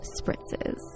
spritzes